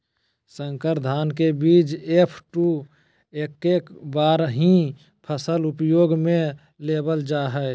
संकर धान के बीज एफ.टू एक्के बार ही फसल उपयोग में लेवल जा हइ